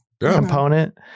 component